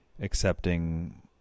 accepting